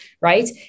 Right